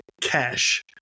cash